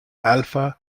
alpha